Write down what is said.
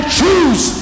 choose